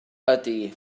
ydyn